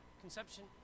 conception